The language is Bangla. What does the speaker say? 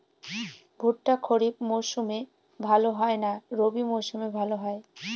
ভুট্টা খরিফ মৌসুমে ভাল হয় না রবি মৌসুমে ভাল হয়?